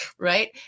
right